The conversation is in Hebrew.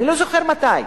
אני לא זוכר מתי.